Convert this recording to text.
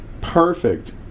perfect